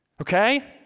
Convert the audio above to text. Okay